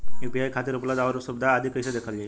UPI खातिर उपलब्ध आउर सुविधा आदि कइसे देखल जाइ?